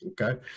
Okay